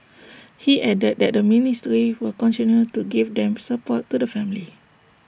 he added that the ministry will continue to give them support to the family